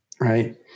Right